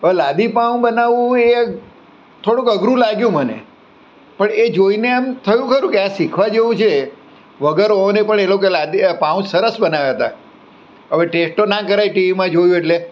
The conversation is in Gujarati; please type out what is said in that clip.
હવે લાદી પાઉ બનાવવું એ થોડુંક અઘરું લાગ્યું મને પણ એ જોઈને આમ થયું ખરું કે આ શીખવા જેવું છે વગર ઓવને પણ એ લોકોએ લાદી પાઉં સરસ બનાવ્યા હતા હવે ટેસ્ટ તો ન કરાય ટીવીમાં જોયું એટલે